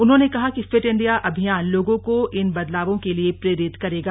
उन्होंने कहा कि फिट इंडिया अभियान लोगों को इन बदलावों के लिए प्रेरित करेगा